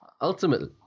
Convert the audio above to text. ultimately